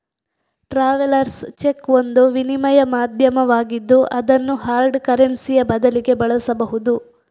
travellers cheque ಒಂದು ವಿನಿಮಯ ಮಾಧ್ಯಮವಾಗಿದ್ದು ಅದನ್ನು ಹಾರ್ಡ್ ಕರೆನ್ಸಿಯ ಬದಲಿಗೆ ಬಳಸಬಹುದು